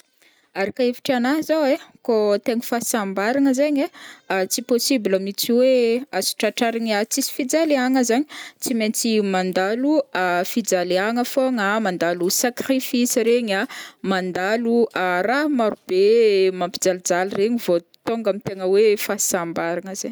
Araka hevitranahy zao ai, kao tegna fahasambaragna zaign ai, tsy possible mihitsy hoe azo tratrarigna tsisy fijaliagna zagny, tsy maintsy mandalo fijaliagna fogna, mandalo sacrifices regny a, mandalo raha maro be mampijalijaly regny vao tonga amin' tegna hoe fahasambaragna zaigny.